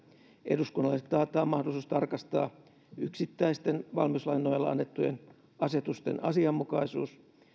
eduskunnalle taataan mahdollisuus tarkastaa yksittäisten valmiuslain nojalla annettujen asetusten asianmukaisuus